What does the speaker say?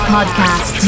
Podcast